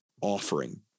offering